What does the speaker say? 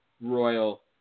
Royal